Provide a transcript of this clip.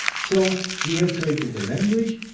so we have created a language,